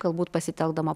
galbūt pasitelkdama